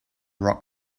rock